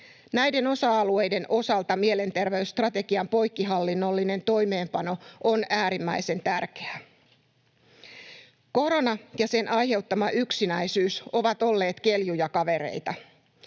Näiden osa-alueiden osalta mielenterveysstrategian poikkihallinnollinen toimeenpano on äärimmäisen tärkeää. Korona ja sen aiheuttama yksinäisyys ovat olleet keljuja kavereita.